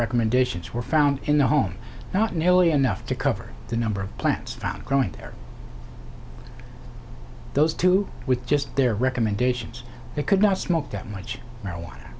recommendations were found in the home not nearly enough to cover the number of plants found growing there those two with just their recommendations they could not smoke that much marijuana